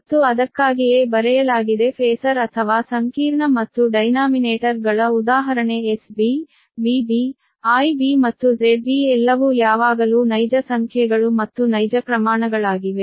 ಮತ್ತು ಅದಕ್ಕಾಗಿಯೇ ಬರೆಯಲಾಗಿದೆ ಫೇಸರ್ ಅಥವಾ ಸಂಕೀರ್ಣ ಮತ್ತು ಡೈನಾಮಿನೇಟರ್ ಗಳ ಉದಾಹರಣೆ SBVB IB ಮತ್ತು ZB ಎಲ್ಲವೂ ಯಾವಾಗಲೂ ನೈಜ ಸಂಖ್ಯೆಗಳು ಮತ್ತು ನೈಜ ಪ್ರಮಾಣಗಳಾಗಿವೆ